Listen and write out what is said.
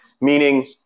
meaning